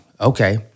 okay